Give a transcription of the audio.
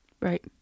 Right